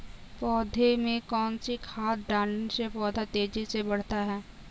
पौधे में कौन सी खाद डालने से पौधा तेजी से बढ़ता है?